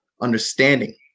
understanding